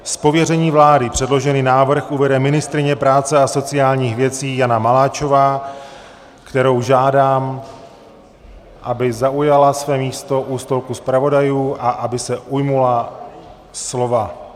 Z pověření vlády předložený návrh uvede ministryně práce a sociálních věcí Jana Maláčová, kterou žádám, aby zaujala své místo u stolku zpravodajů a aby se ujmula slova.